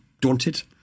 daunted